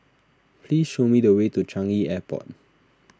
please show me the way to Changi Airport